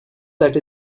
that